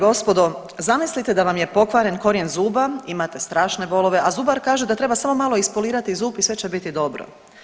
Dame i gospodo zamislite da vam je pokvaren korijen zuba, imate strašne bolove, a zubar kaže da treba samo malo ispolirati zub i sve će biti dobro.